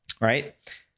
right